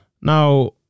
Now